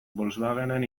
volkswagenen